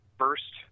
first